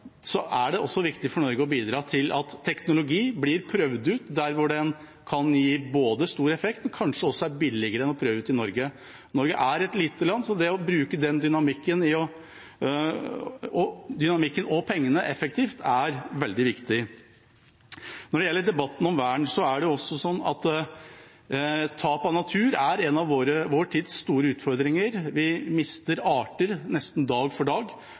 så det å bruke den dynamikken og pengene effektivt er veldig viktig. Når det gjelder debatten om vern, er det slik at tap av natur er en av vår tids store utfordringer. Vi mister arter nesten dag for dag.